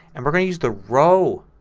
and we're going to use the row